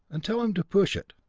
and tell him to push it.